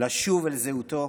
לשוב אל זהותו,